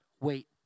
wait